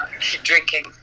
Drinking